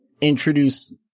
introduce